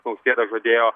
nausėda žadėjo